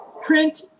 print